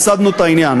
הפסדנו את העניין.